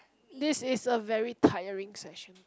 this is a very tiring section